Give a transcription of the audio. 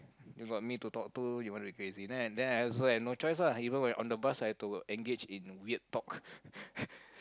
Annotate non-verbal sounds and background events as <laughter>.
you want me to talk to you want to be crazy then I then I also like no choice lah even when on the bus I have to engage in weird talk <laughs>